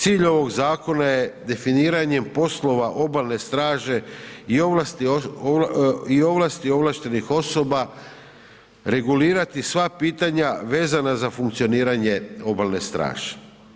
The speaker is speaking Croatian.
Cilj ovog zakona je definiranje poslova obalne straže i ovlasti ovlaštenih osoba, regulirati sva pitanja vezana za funkcioniranje obalne straže.